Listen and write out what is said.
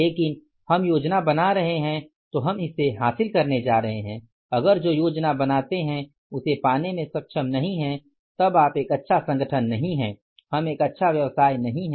लेकिन हम योजना बना रहे हैं तो हम इसे हासिल करने जा रहे हैं अगर जो योजना बनाते है उसे पाने में सक्षम नहीं हैं तब आप एक अच्छा संगठन नहीं है हम एक अच्छा व्यवसाय नहीं हैं